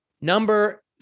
Number